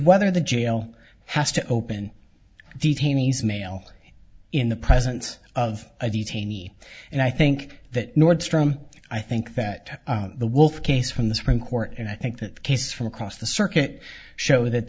whether the jail has to open detainees mail in the presence of a detainee and i think that nordstrom i think that the wolf case from the supreme court and i think that case from across the circuit show that